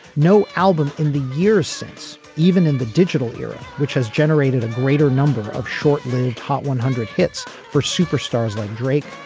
no album in the years since. even in the digital era which has generated a greater number of shortly top one hundred hits for superstars like drake.